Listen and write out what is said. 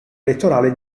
elettorale